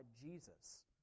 Jesus